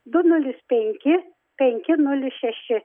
du nulis penki penki nulis šeši